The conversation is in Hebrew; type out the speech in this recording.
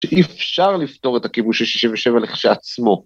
‫שאי אפשר לפתור את הכיבוש ‫של 67 לכשעצמו.